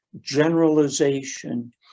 generalization